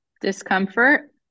Discomfort